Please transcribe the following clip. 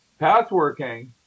Pathworking